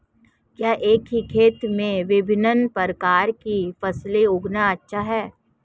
क्या एक ही खेत में विभिन्न प्रकार की फसलें उगाना अच्छा है?